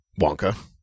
Wonka